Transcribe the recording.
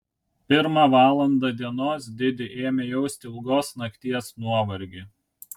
pirmą valandą dienos didi ėmė jausti ilgos nakties nuovargį